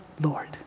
Lord